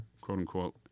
quote-unquote